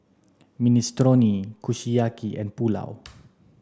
Minestrone Kushiyaki and Pulao